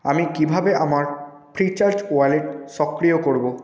আমি কীভাবে আমার ফ্রিচার্জ ওয়ালেট সক্রিয় করবো